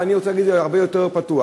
ואני רוצה להגיד את זה הרבה יותר פתוח: